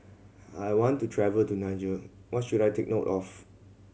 I want to travel to Niger what should I take note of